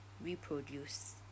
reproduce